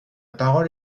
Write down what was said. parole